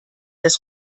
das